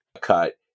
cut